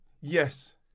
Yes